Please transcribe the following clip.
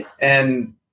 and-